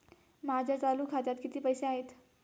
माझ्या चालू खात्यात किती पैसे आहेत?